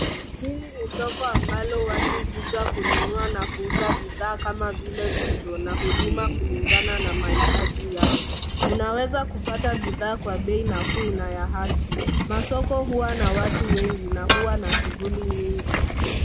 Hili ni soko ambalo watu huja kununua na kuuza bidhaa kama vile vitu na huduma kulingana na mahitaji yao. Unaweza kupata bidhaa kwa bei nafuu na ya haki. Masoko huwa na watu wengi na huwa na shughuli nyingi.